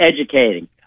educating